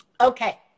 Okay